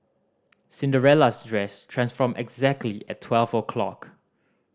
Cinderella's dress transformed exactly at twelve o' clock